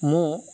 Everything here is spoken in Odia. ମୁଁ